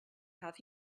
have